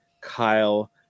Kyle